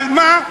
אבל מה?